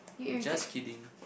just kidding